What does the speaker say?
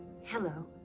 Hello